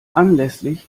anlässlich